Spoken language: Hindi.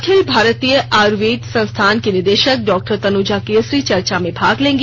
अखिल भारतीय आयुर्वेद संस्थान की निदेशक डॉक्टर तनुजा केसरी चर्चा में भाग लेंगी